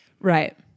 Right